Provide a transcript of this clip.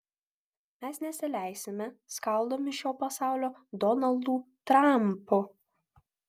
mes nesileisime skaldomi šio pasaulio donaldų trampų